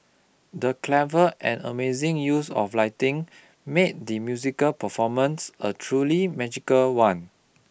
the clever and amazing use of lighting made the musical performance a truly magical one